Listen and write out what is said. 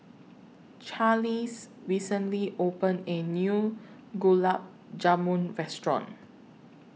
Charlize recently opened A New Gulab Jamun Restaurant